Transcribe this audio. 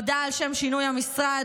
הודעה על שם שינוי המשרד.